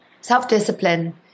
self-discipline